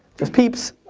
just peeps.